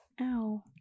Ow